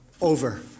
over